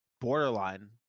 Borderline